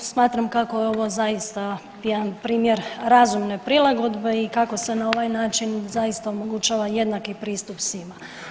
Smatram kako je ovo zaista jedan primjer razumne prilagodbe i kako se na ovaj način zaista omogućava jednaki pristup svima.